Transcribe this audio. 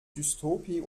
dystopie